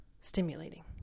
stimulating